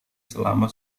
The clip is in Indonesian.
selama